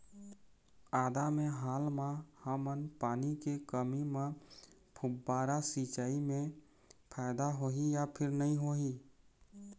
आदा मे हाल मा हमन पानी के कमी म फुब्बारा सिचाई मे फायदा होही या फिर नई होही?